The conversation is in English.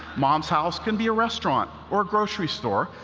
mom's house can be a restaurant or a grocery store.